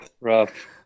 Rough